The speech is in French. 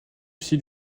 issu